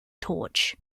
torch